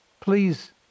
please